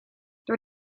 door